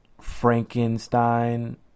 Frankenstein